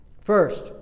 First